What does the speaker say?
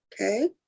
okay